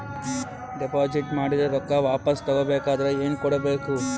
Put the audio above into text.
Deposit ಮಾಡಿದ ರೊಕ್ಕ ವಾಪಸ್ ತಗೊಬೇಕಾದ್ರ ಏನೇನು ಕೊಡಬೇಕು?